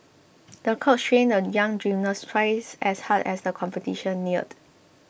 the coach trained the young gymnast twice as hard as the competition neared